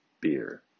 beer